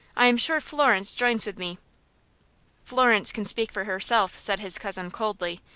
i am sure florence joins with me florence can speak for herself, said his cousin, coldly.